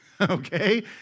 okay